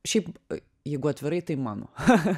šiaip jeigu atvirai tai mano